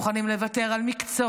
הם מוכנים לוותר על מקצוע,